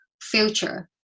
future